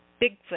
Bigfoot